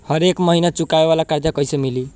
हरेक महिना चुकावे वाला कर्जा कैसे मिली?